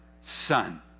Son